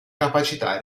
capacità